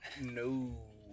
No